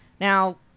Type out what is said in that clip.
now